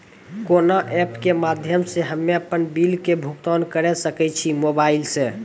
कोना ऐप्स के माध्यम से हम्मे अपन बिल के भुगतान करऽ सके छी मोबाइल से?